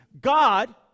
God